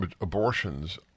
abortions